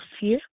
fear